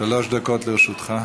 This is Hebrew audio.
שלוש דקות לרשותך.